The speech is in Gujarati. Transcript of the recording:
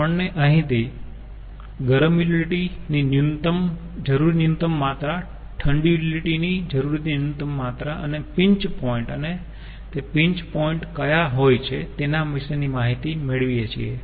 આપણને અહીંથી ગરમ યુટીલીટી ની જરૂરી ન્યુનતમ માત્રા ઠંડી યુટીલીટી ની જરૂરી ન્યુનતમ માત્રા અને પિન્ચ પોઈન્ટ અને તે પિન્ચ પોઈન્ટ ક્યાં હોય છે તેના વિશેની માહિતી મેળવીએ છીએ